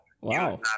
Wow